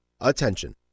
Attention